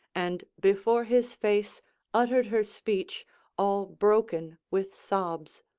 and before his face uttered her speech all broken with sobs